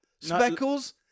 Speckles